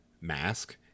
mask